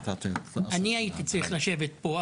אני הייתי צריך לשבת פה,